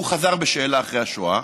הוא חזר בשאלה אחרי השואה,